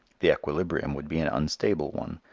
the equilibrium would be an unstable one.